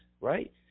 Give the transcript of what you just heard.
right